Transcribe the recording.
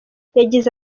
yagize